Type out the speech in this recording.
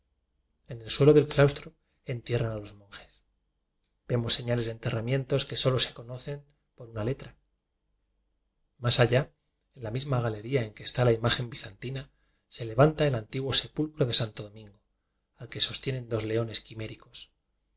en el suelo del claustro entierran a los monjes vemos señales de enterra mientos que solo se conocen por una le tra mas allá en la misma galería en que está la imagen bizantina se levanta el anti guo sepulcro de santo domingo al que sostienen dos leones quiméricos